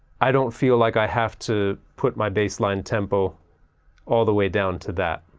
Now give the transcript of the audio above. i don't feel like i have to put my baseline tempo all the way down to that.